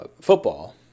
football